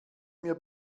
mir